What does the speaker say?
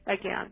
Again